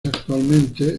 actualmente